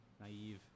naive